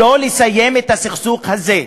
לא לסיים את הסכסוך הזה.